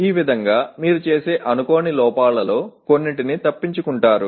ఆ విధంగా మీరు చేసే అనుకోని లోపాలలో కొన్నింటిని తప్పించుకుంటారు